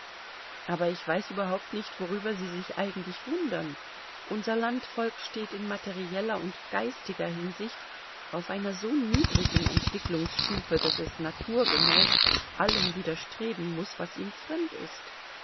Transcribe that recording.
aber ich weiß überhaupt nicht worüber sie sich eigentlich wundern unser landvolk steht in materieller und geistiger hinsicht auf einer so niedrigen entwicklungsstufe daß es naturgemäß allem widerstreben muß was ihm fremd ist